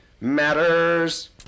matters